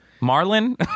Marlin